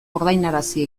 ordainarazi